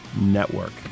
Network